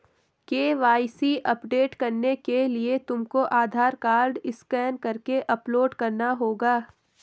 KYC update करने के लिए तुमको आधार कार्ड स्कैन करके अपलोड करना होगा